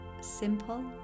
simple